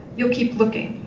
you'll keep looking.